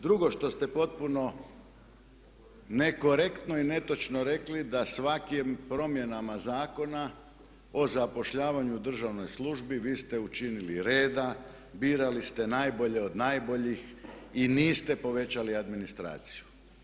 Drugo što ste potpuno nekorektno i netočno rekli da svakim promjenama zakona o zapošljavanju u državnoj službi vi ste učinili reda, birali ste najbolje od najboljih i niste povećali administraciju.